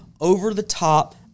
over-the-top